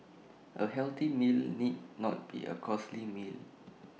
A healthy meal need not be A costly meal